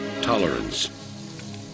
Tolerance